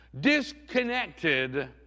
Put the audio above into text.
Disconnected